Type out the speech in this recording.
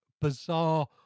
bizarre